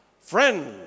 friend